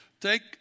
Take